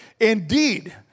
Indeed